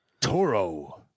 Toro